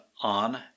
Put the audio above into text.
on